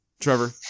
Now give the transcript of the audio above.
Trevor